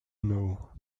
know